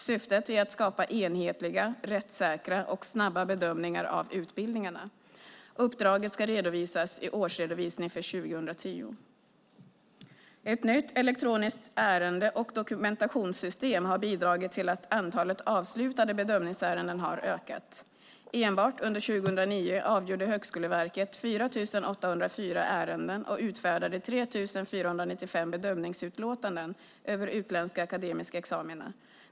Syftet är att skapa enhetliga, rättssäkra och snabba bedömningar av utbildningarna. Uppdraget ska redovisas i årsredovisningen för 2010. Ett nytt elektroniskt ärende och dokumentationssystem har bidragit till att antalet avslutade bedömningsärenden har ökat. Enbart under 2009 avgjorde Högskoleverket 4 804 ärenden och utfärdade 3 495 bedömningsutlåtanden över utländska akademiska examina.